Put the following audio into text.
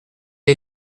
est